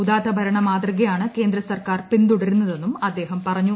ഉദാത്തഭരണ മാതൃകയാണ് കേന്ദ്രസർക്കാർ പിന്തുടരുന്നതെന്നും അദ്ദേഹം പറഞ്ഞു